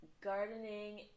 gardening